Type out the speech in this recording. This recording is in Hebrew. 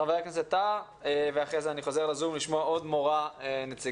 חבר הכנסת טאהא ואחרי זה אני חוזר לזום לשמוע עוד מורה נציגה.